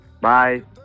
Bye